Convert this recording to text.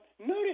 notice